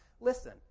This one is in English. Listen